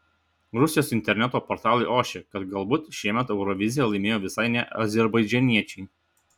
rusijos interneto portalai ošia kad galbūt šiemet euroviziją laimėjo visai ne azerbaidžaniečiai